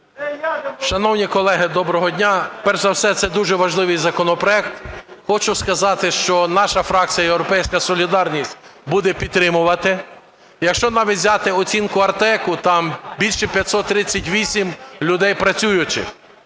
Шановні колеги, доброго дня. Перш за все, це дуже важливий законопроект. Хочу сказати, що наша фракція "Європейська солідарність" буде підтримувати. Якщо навіть взяти оцінку "Артеку", там більше 538 людей працюючих,